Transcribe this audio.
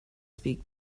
speak